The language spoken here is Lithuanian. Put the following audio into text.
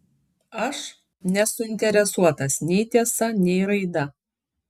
aš nesuinteresuotas nei tiesa nei raida